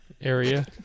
area